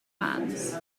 fans